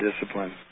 discipline